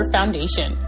Foundation